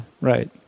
Right